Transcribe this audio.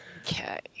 Okay